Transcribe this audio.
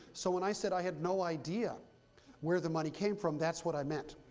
so when i said i had no idea where the money came from, that's what i meant.